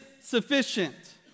sufficient